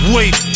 Wait